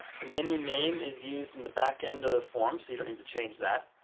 the menu name is used in the back end of the form, so you need to change that.